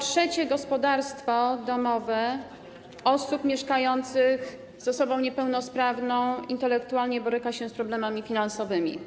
Co trzecie gospodarstwo domowe osób mieszkających z osobą niepełnosprawną intelektualnie boryka się z problemami finansowymi.